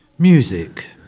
Music